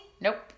Nope